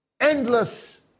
endless